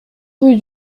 rue